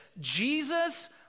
Jesus